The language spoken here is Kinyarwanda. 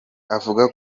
avuga